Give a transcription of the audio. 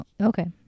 okay